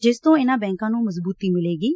ਜਿਸ ਤੋਂ ਇਨਾਂ ਬੈਂਕਾਂ ਨੰ ਮਜਬੂਤੀ ਮਿਲੇਗੀ